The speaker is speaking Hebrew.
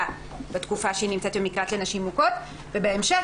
בתקופה שהיא נמצאת במקלט לנשים מוכות ובהמשך,